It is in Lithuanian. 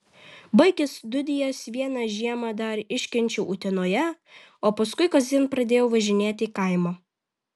baigęs studijas vieną žiemą dar iškenčiau utenoje o paskui kasdien pradėjau važinėti į kaimą